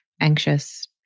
anxious